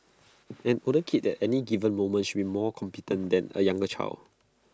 an older kid at any given moment should be more competent than A younger child